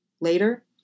later